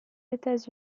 états